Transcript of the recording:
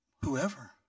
whoever